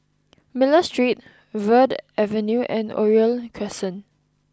Miller Street Verde Avenue and Oriole Crescent